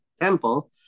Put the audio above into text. temple